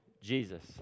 Jesus